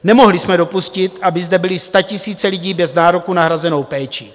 Nemohli jsme dopustit, aby zde byly statisíce lidí bez nároku na hrazenou péči.